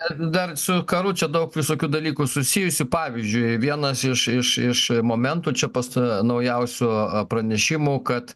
ar dar su karu čia daug visokių dalykų susijusių pavyzdžiui vienas iš iš iš momentų čia pasta naujausių pranešimų kad